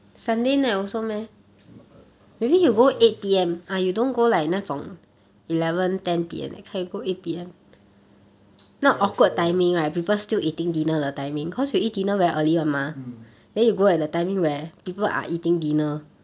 I'm I not sure okay ah I try lor